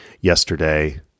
yesterday